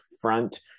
front